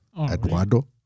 Eduardo